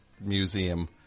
museum